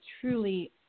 truly